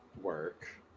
Work